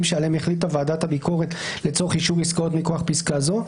שעליהם החליטה ועדת הביקורת לצורך אישור עסקאות מכוח פסקה זו,